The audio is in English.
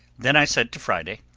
then i said to. friday,